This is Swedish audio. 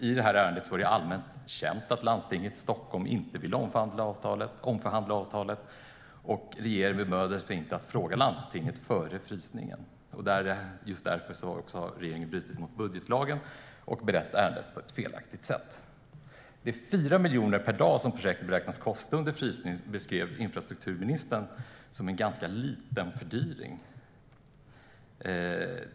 I ärendet var det allmänt känt att landstinget i Stockholm inte ville omförhandla avtalet, och regeringen bemödade sig inte att fråga landstinget före frysningen. Just därför har regeringen brutit mot budgetlagen och berett ärendet på ett felaktigt sätt. De 4 miljoner per dag som projektet beräknades kosta under frysningen beskrev infrastrukturministern som en ganska liten fördyring.